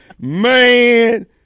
Man